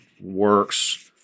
works